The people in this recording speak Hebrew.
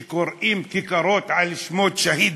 שקוראים כיכרות על-שם שהידים.